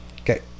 Okay